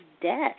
death